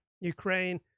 Ukraine